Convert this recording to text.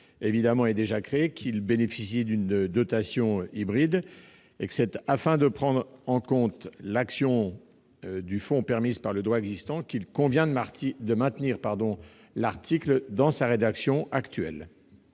Ce fonds est déjà créé et bénéficie d'une dotation hybride. Afin de prendre en compte l'action du fonds permise par le droit existant, il convient de maintenir l'article dans sa rédaction actuelle.